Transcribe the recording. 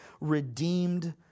redeemed